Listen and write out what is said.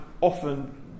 often